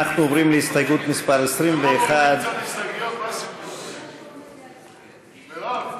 עוברים להסתייגות מס' 21. מרב,